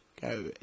go